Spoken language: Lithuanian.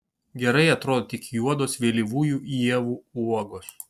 gerai atrodo tik juodos vėlyvųjų ievų uogos